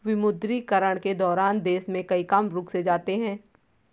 विमुद्रीकरण के दौरान देश में कई काम रुक से जाते हैं